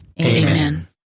Amen